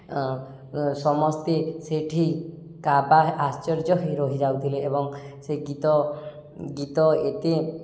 ସମସ୍ତେ ସେଇଠି କାବା ଆଶ୍ଚର୍ଯ୍ୟ ହୋଇ ରହିଯାଉଥିଲେ ଏବଂ ସେ ଗୀତ ଗୀତ ଏତେ